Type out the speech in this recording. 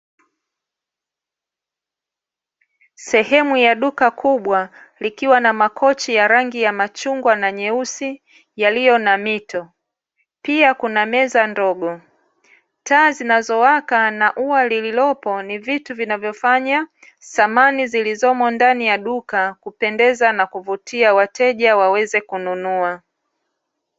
Sehemu ya duka kubwa likiwa na makochi ya rangi ya machungwa na nyeusi yaliyo na mito pia kuna meza ndogo , taa zinazowaka na ua lililopo ni vitu vinavyofanya samani zilizomo ndani ya duka kupendeza na kuvutia wateja waweze kununua.